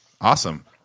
Awesome